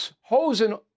hosing